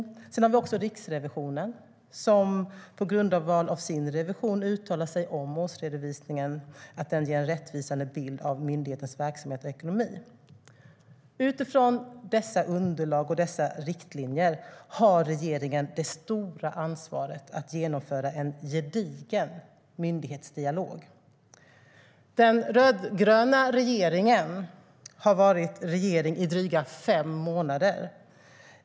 Utifrån dessa underlag och riktlinjer har regeringen det stora ansvaret att genomföra en gedigen myndighetsdialog. Den rödgröna regeringen har varit regering i dryga fem månader.